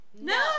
No